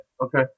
Okay